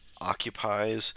occupies